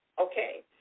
Okay